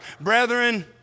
Brethren